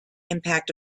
impact